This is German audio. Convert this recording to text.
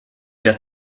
der